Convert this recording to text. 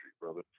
brother